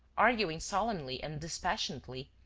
arguing solemnly and dispassionately,